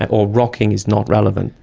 or rocking is not relevant.